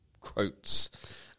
quotes